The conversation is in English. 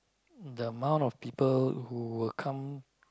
the amount of people who will come